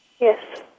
Yes